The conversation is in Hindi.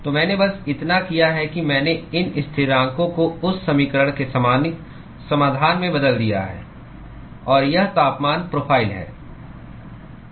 तो मैंने बस इतना किया है कि मैंने इन स्थिरांकों को उस समीकरण के सामान्य समाधान में बदल दिया है और यह तापमान प्रोफ़ाइल है